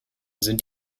sind